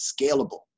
scalable